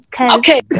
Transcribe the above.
Okay